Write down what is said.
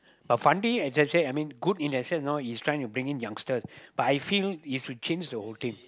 but Fandi I just said I mean good in that sense you know he's trying to bring in youngster but I feel it will change the whole thing